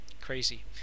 Crazy